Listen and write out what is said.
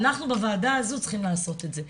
אנחנו בוועדה הזו צריכים לעשות את זה,